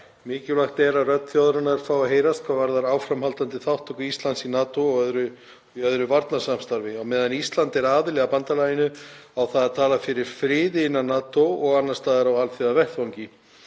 „Mikilvægt er að rödd þjóðarinnar fái að heyrast hvað varðar áframhaldandi þátttöku Íslands í NATO og í öðru varnarsamstarfi. Á meðan Ísland er aðili að bandalaginu á það að tala fyrir friði innan NATO og annars staðar á alþjóðavettvangi.